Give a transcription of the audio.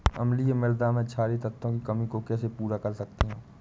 अम्लीय मृदा में क्षारीए तत्वों की कमी को कैसे पूरा कर सकते हैं?